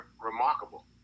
remarkable